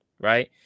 right